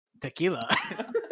Tequila